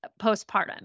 postpartum